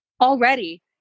Already